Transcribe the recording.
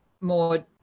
more